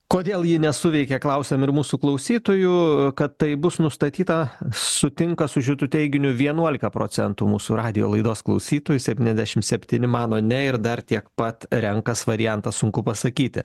kodėl ji nesuveikė klausiam ir mūsų klausytojų kad tai bus nustatyta sutinka su šitu teiginiu vienuolika procentų mūsų radijo laidos klausytojų septyniasdešim septyni mano ne ir dar tiek pat renkas variantą sunku pasakyti